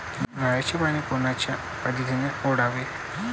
नयराचं पानी कोनच्या पद्धतीनं ओलाव?